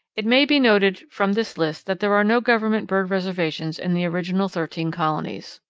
it may be noted from this list that there are no government bird reservations in the original thirteen colonies.